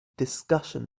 discussion